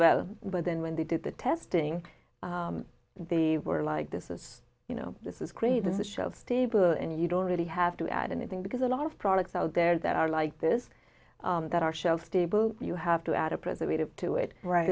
well but then when they did the testing they were like this is you know this is crazy this show steber and you don't really have to add anything because a lot of products out there that are like this that are shelf stable you have to add a president to it right